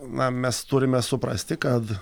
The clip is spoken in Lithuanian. na mes turime suprasti kad